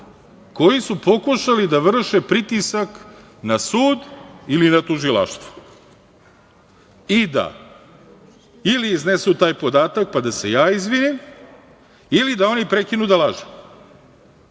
koji su pokušali da vrše pritisak na sud ili na tužilaštvo i da ili iznesu taj podatak, pa da se ja izvinim ili da oni prekinu da lažu.